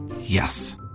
Yes